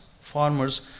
farmers